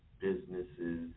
businesses